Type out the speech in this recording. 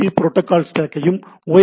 B TCP IP protocol ஸ்டேக்கையும் ஓ